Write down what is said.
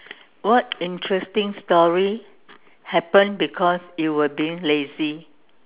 what interesting story happened because you were being lazy